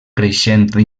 creixent